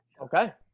Okay